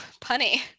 punny